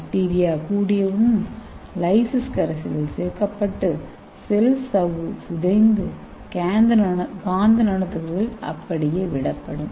bacteria கூடியவுடன் lysis கரைசல் சேர்க்கப்பட்டு செல் சவ்வு சிதைந்து காந்த நானோ துகள்கள் அப்படியே விடப்படும்